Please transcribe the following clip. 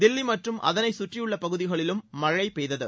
தில்லி மற்றும் அதனை சுற்றியுள்ள பகுதிகளிலும் மழை பெய்தது